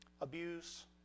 abuse